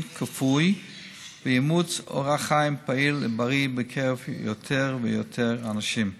כפוי ואימוץ אורח חיים פעיל ובריא בקרב יותר ויותר אנשים.